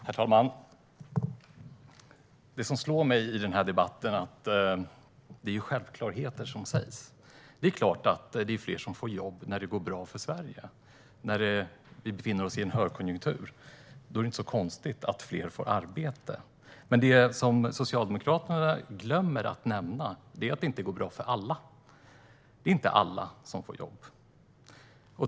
Herr talman! Det som slår mig i den här debatten är att det är självklarheter som sägs. Det är klart att det är fler som får jobb när det går bra för Sverige. När vi befinner oss i en högkonjunktur är det inte så konstigt att fler får arbete. Men det som Socialdemokraterna glömmer att nämna är att det inte går bra för alla. Det är inte alla som får jobb.